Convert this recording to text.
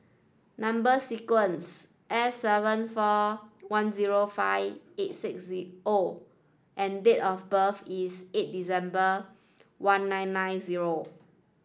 number sequence S seven four one zero five eight six O and date of birth is eight December one nine nine zero